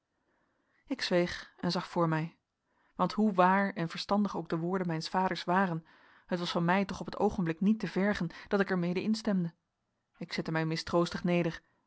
ik zweeg en zag voor mij want hoe waar en verstandig ook de woorden mijns vaders waren het was van mij toch op het oogenblik niet te vergen dat ik er mede instemde ik zette mij mistroostig neder